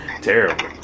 Terrible